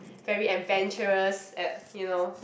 very adventurous at you know